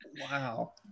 wow